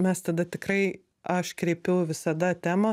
mes tada tikrai aš kreipiu visada temą